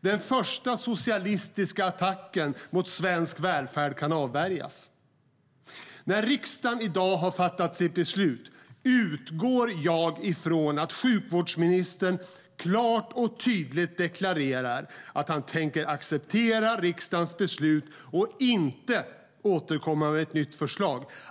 Den första socialistiska attacken mot svensk välfärd kan avvärjas. När riksdagen i dag har fattat sitt beslut utgår jag från att sjukvårdsministern klart och tydligt deklarerar att han tänker acceptera riksdagens beslut och inte återkomma med ett nytt förslag.